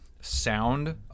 sound